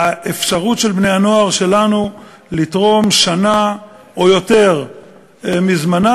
לאפשרות של בני-הנוער שלנו לתרום שנה או יותר מזמנם,